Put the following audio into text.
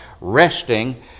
resting